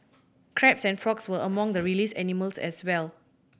crabs and frogs were among the released animals as well